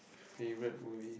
favourite movie